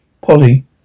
Polly